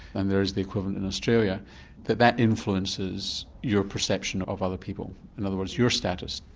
and there's the equivalent in australia that that influences your perception of other people. in other words your status,